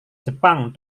jepang